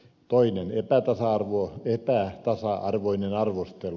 toinen epätasa arvoinen arvostelu